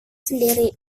sendiri